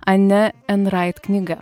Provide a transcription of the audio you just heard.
ane endrait knyga